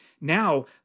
Now